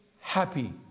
happy